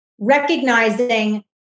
recognizing